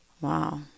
Wow